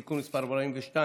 (תיקון מס' 11),